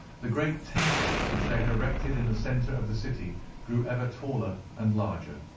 the great temple which they had erected in the centre of the city grew ever taller and larger.